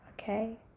Okay